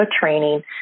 training